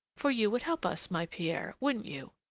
for you would help us, my pierre, wouldn't you?